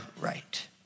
right